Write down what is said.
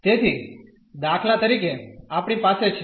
તેથી દાખલા તરીકે આપણી પાસે છે